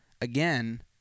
again